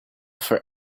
for